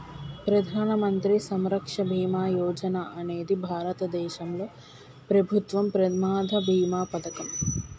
ప్రధాన మంత్రి సురక్ష బీమా యోజన అనేది భారతదేశంలో ప్రభుత్వం ప్రమాద బీమా పథకం